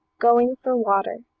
going for water